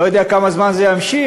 לא יודע כמה זמן זה ימשיך,